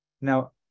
Now